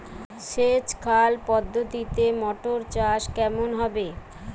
সেচ খাল পদ্ধতিতে মটর চাষ কেমন হবে?